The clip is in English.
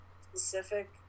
specific